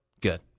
Good